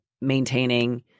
maintaining